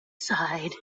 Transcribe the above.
side